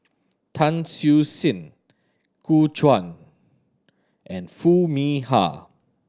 Tan Siew Sin Gu Juan and Foo Mee Har